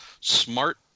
smart